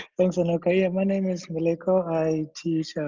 thanks anoka. yeah my name is meleko. i teach